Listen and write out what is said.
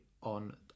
on